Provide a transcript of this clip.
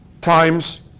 times